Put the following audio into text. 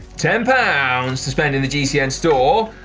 ten pounds to spend in the gcn store.